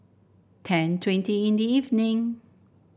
ten twenty in the evening